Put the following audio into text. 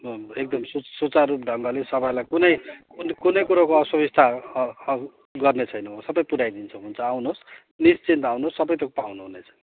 एकदम सु सुचारू ढङ्गले सबैलाई कुनै कुनै कुराको असुविस्ता गर्ने छैनौँ सबै पुऱ्याइदिन्छौँ हुन्छ आउनुहोस् निश्चिन्त आउनुहो्स सबै थोक पाउनुहुनेछ